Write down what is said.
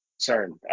concern